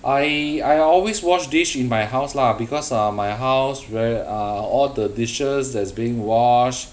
I I always wash dish in my house lah because uh my house where uh all the dishes that's being washed